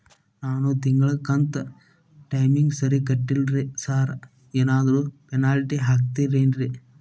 ನಾನು ತಿಂಗ್ಳ ಕಂತ್ ಟೈಮಿಗ್ ಸರಿಗೆ ಕಟ್ಟಿಲ್ರಿ ಸಾರ್ ಏನಾದ್ರು ಪೆನಾಲ್ಟಿ ಹಾಕ್ತಿರೆನ್ರಿ?